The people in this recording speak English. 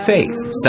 Faith